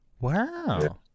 Wow